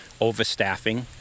overstaffing